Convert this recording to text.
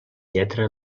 lletra